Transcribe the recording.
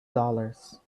dollars